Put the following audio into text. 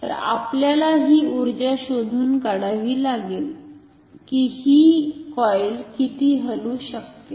तर आपल्याला हि ऊर्जा शोधून काढावी लागेल की ही कॉइल किती हलु शकते